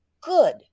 good